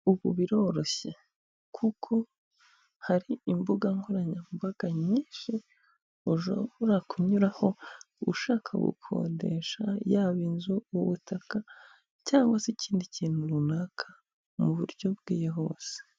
Ubu biroroshye kuko hari imbuga nkoranyambaga nyinshi ushobora kunyuraho ushaka gukodesha yaba inzu, ubutaka cyangwa se ikindi kintu runaka mu buryo bwihuse.